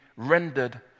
rendered